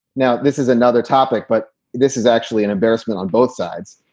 now, this is another topic, but this is actually an embarrassment on both sides.